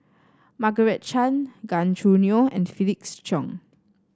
Margaret Chan Gan Choo Neo and Felix Cheong